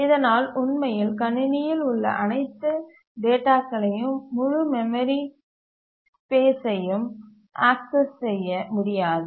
இதனால் உண்மையில் கணினியில் உள்ள அனைத்து டேட்டாவையும் முழு மெமரி ஸ்பேஸ்சையும் ஆக்சஸ் செய்ய முடியாது